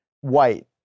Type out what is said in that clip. white